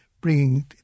bringing